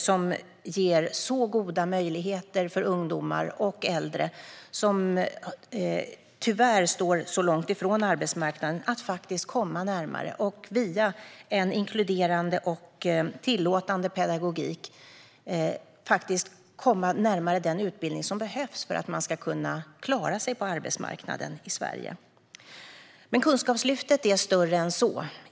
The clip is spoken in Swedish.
De ger goda möjligheter för ungdomar och äldre som tyvärr står långt från arbetsmarknaden att komma närmare och via en inkluderande och tillåtande pedagogik komma närmare den utbildning som behövs för att man ska kunna klara sig på arbetsmarknaden i Sverige. Men Kunskapslyftet är större än så.